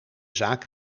zaak